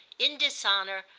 in dishonour,